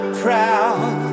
proud